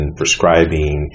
prescribing